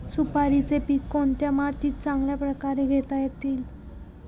सुपारीचे पीक कोणत्या मातीत चांगल्या प्रकारे घेता येईल?